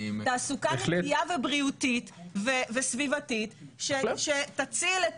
תעסוקה נקייה ובריאותית וסביבתית שתציל את